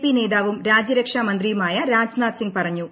P നേതാവും രാജ്യരക്ഷാ മന്ത്രിയുമായ രാജ്നാഥ് സിംഗ് പറഞ്ഞു